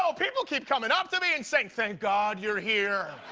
so people keep coming up to me and saying, thank god you're here!